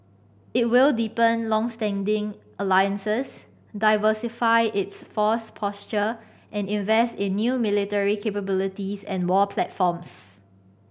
it will deepen longstanding alliances diversify its force posture and invest in new military capabilities and war platforms